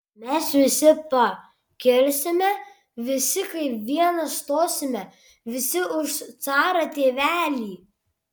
mes visi pa kilsime visi kaip vienas stosime visi už carą tėvelį